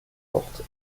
porte